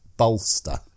bolster